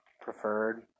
preferred